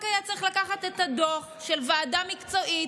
היה צריך לקחת את הדוח של ועדה מקצועית,